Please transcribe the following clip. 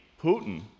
Putin